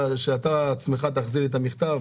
ביקשתי שאתה בעצמך תחזיר לי תשובה על המכתב,